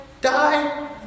die